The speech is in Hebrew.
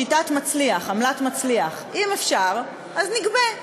שיטת מצליח, עמלת מצליח: אם אפשר, אז נגבה.